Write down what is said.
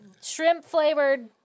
Shrimp-flavored